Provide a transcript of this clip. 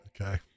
okay